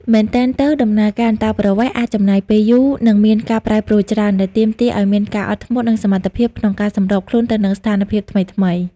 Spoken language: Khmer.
មែនទែនទៅ ដំណើរការអន្តោប្រវេសន៍អាចចំណាយពេលយូរ និងមានការប្រែប្រួលច្រើន ដែលទាមទារឱ្យមានការអត់ធ្មត់ និងសមត្ថភាពក្នុងការសម្របខ្លួនទៅនឹងស្ថានភាពថ្មីៗ។